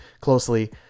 closely